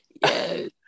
Yes